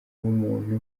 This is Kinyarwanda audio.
w’umuntu